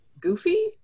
goofy